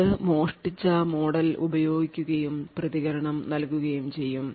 ഇത് മോഷ്ടിച്ചമോഡൽ ഉപയോഗിക്കുകയും പ്രതികരണം നൽകുകയും ചെയ്യും